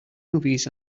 movies